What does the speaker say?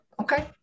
Okay